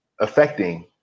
affecting